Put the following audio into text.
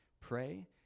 pray